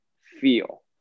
feel